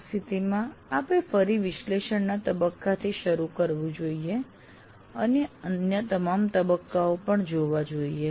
આ સ્થિતમાં આપે ફરી વિશ્લેષણના તબક્કાથી શરૂ કરવું જોઈએ અને અન્ય તમામ તબક્કાઓ પણ જોવા જોઈએ